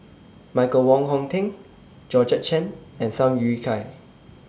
Michael Wong Hong Teng Georgette Chen and Tham Yui Kai